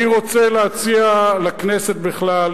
אני רוצה להציע לכנסת בכלל,